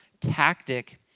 tactic